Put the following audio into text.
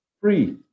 three